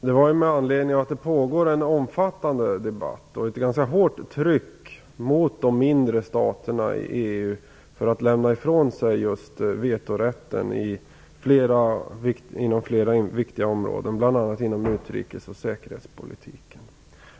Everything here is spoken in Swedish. Det var med anledning av att det pågår en omfattande debatt och ett ganska hårt tryck mot de mindre staterna i EU att lämna ifrån sig just vetorätten inom flera viktiga områden, bl.a. inom utrikes och säkerhetspolitiken.